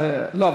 לא,